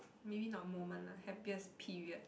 maybe the moment lah happiest period